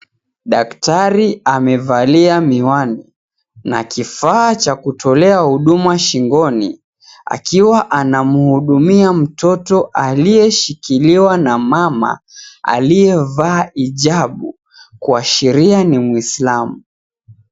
Daktari amevalia miwani na kifaa cha kutolea huduma shingoni, akiwa anamhudumia mtoto aliyeshikiliwa na mama aliyevaa hijabu. Kuashiria ni muislamu.